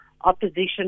opposition